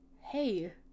Hey